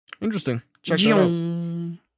Interesting